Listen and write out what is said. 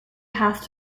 path